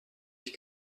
ich